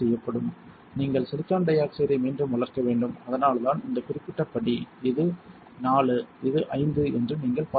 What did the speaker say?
எனவே நீங்கள் சிலிக்கான் டை ஆக்சைடை மீண்டும் வளர்க்க வேண்டும் அதனால்தான் இந்த குறிப்பிட்ட படி இது 4 இது 5 என்று நீங்கள் பார்க்க முடியும்